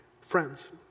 Friends